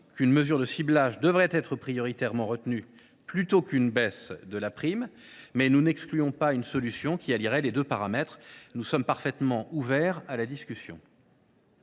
qu’une mesure de ciblage devrait être prioritairement retenue plutôt qu’une baisse de la prime, mais nous n’excluons pas une solution qui allierait les deux. Nous sommes parfaitement ouverts à la discussion.